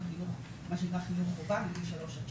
זה מה שנקרא חינוך חובה 3-6,